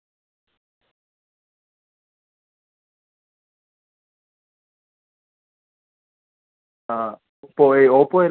കളി ഇപ്പോൾ വർക്കിൻ്റെ ഇതിൽ നിൽക്കുവാണ് അറിയത്തില്ല ഒന്നും തിരക്കാണ് തിരക്കൊഴിയുന്ന പോലെ വരാം മ്മ് അതാ ഈ വർഷം ആരൊക്കെ ഇറങ്ങുന്നുണ്ട്